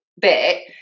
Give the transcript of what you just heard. bit